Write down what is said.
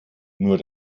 nur